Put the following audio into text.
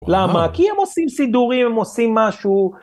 למה? כי הם עושים סידורים, הם עושים משהו...